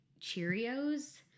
Cheerios